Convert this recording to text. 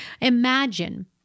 imagine